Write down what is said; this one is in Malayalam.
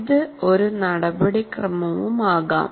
ഇത് ഒരു നടപടിക്രമമാകാം